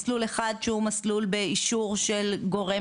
מסלול אחד שהוא מסלול באישור של גורם